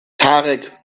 tarek